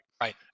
Right